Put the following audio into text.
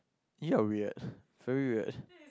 ya weird very weird